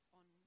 on